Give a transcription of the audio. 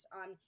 on